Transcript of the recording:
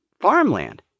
farmland